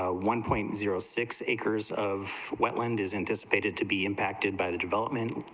ah one point zero six acres of wetland is anticipated to be impacted by the development,